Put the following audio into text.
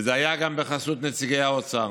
וזה היה גם בחסות נציגי האוצר,